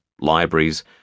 libraries